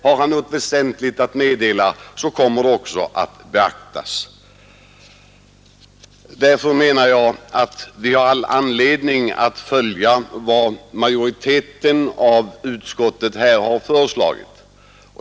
Har man något väsentligt att meddela, kommer det att beaktas. Därför menar jag att vi har anledning att följa vad utskottsmajoriteten här har föreslagit.